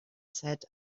said